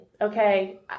okay